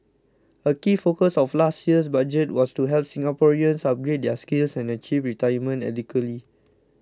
a key focus of last year's budget was to help Singaporeans upgrade their skills and achieve retirement adequacy